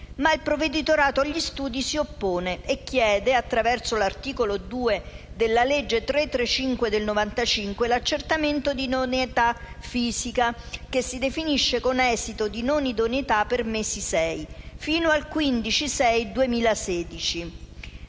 ma il Provveditorato agli studi si oppone e chiede, attraverso l'articolo 2 della legge n. 335 del 1995, l'accertamento dell'idoneità fisica, che si definisce con esito di non idoneità per sei mesi, fino al 15